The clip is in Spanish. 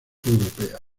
europea